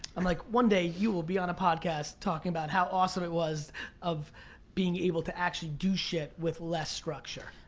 i'm like, one day you will be on a podcast talking about how awesome it was of being able to actually do shit with less structure.